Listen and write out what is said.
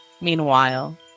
Meanwhile